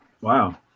wow